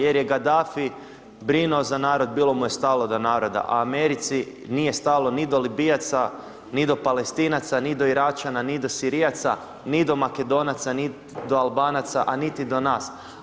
Jer je Gadafi, brinuo za narod, bilo mu je stalo do naroda, a Americi nije stalo ni Libijaca, ni do Palestinaca, ni do Iračana, ni do Sirijaca, ni do Makedonaca, ni do Albanaca a niti do nas.